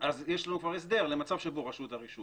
יש לו כבר הסדר למצב שבו רשות הרישוי